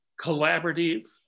collaborative